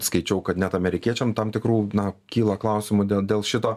skaičiau kad net amerikiečiam tam tikrų na kyla klausimų dėl dėl šito